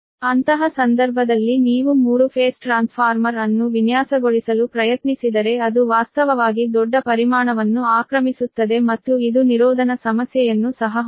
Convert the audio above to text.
ಅಂತಹ ಸಂದರ್ಭದಲ್ಲಿ ನೀವು 3 ಫೇಸ್ ಟ್ರಾನ್ಸ್ಫಾರ್ಮರ್ ಅನ್ನು ವಿನ್ಯಾಸಗೊಳಿಸಲು ಪ್ರಯತ್ನಿಸಿದರೆ ಅದು ವಾಸ್ತವವಾಗಿ ದೊಡ್ಡ ಪರಿಮಾಣವನ್ನು ಆಕ್ರಮಿಸುತ್ತದೆ ಮತ್ತು ಇದು ನಿರೋಧನ ಸಮಸ್ಯೆಯನ್ನು ಸಹ ಹೊಂದಿದೆ